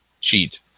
cheat